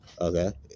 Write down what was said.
Okay